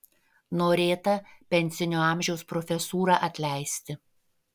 norėta pensinio amžiaus profesūrą atleisti